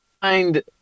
find